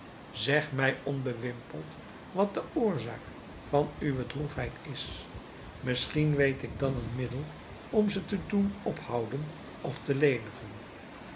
zegt mij onbewimpeld wat de oorzaak van uwe droefheid is misschien weet ik dan een middel om ze te doen ophouden of te lenigen